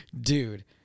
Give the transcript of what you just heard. Dude